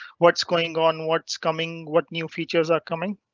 what's going on, what's coming, what new features are coming,